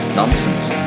nonsense